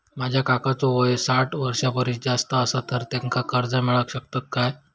माझ्या काकांचो वय साठ वर्षां परिस जास्त आसा तर त्यांका कर्जा मेळाक शकतय काय?